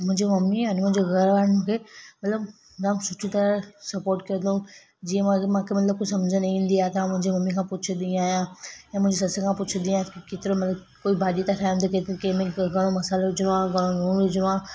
मुंहिंजो मम्मी ऐं मुंहिंजे घर वारनि मूंखे मतिलबु जाम सुठी तरह सपोट कयो अथऊं जीअं मूंखे मतिलबु कुझु सम्झ न ईंदी आहे त मुंहिंजी मम्मी खां पुछंदी आहियां ऐं मुंहिंजी सस खां पुछंदी आहियां की केतिरो कोई भाॼी त ठाहिण में कंहिंमें घणो मसालो विझिणो आहे केतिरो लुणु विझणो आहे